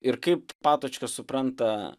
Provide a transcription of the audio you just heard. ir kaip patočka supranta